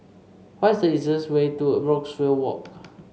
what is the easiest way to Brookvale Walk